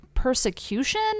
persecution